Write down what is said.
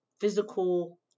physical